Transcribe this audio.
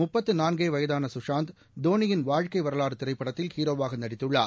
முப்பத்து நாள்கே வயதாள சுஷாந்த் தோணியின் வாழ்க்கை வரலாறு திரைப்படத்தில் ஹீரோவாக நடித்துள்ளார்